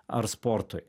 ar sportui